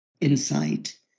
insight